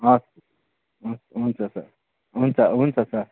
हवस् हवस् हुन्छ सर हुन्छ हुन्छ सर